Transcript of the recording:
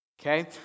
Okay